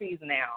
now